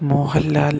Mohanlal